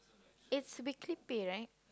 it's a bit creepy right